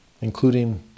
including